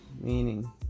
meaning